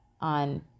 on